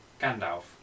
Gandalf